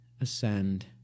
ascend